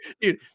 dude